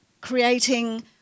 creating